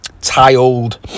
tiled